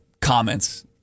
comments